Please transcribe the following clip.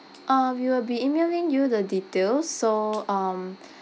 uh we will be emailing you the details so um